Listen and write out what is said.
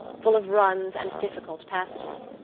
full of runs and difficult passages,